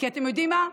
כי אתם יודעים מה,